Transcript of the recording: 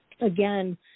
again